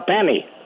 penny